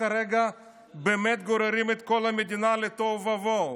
כרגע באמת גוררים את כל המדינה לתוהו ובוהו.